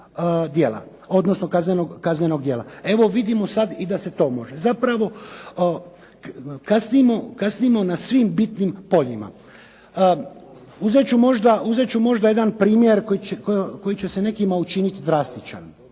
kaznenog djela. Evo vidimo da se sada i to može. Zapravo kasnimo na svim bitnim poljima. Uzet ću možda jedan primjer koji će se nekima učiniti drastičan.